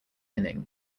inning